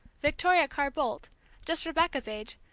victoria carr-boldt, just rebecca's age,